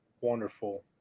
wonderful